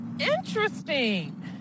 Interesting